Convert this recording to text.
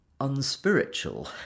unspiritual